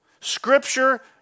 Scripture